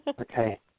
Okay